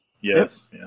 Yes